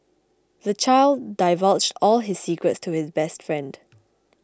the child divulged all his secrets to his best friend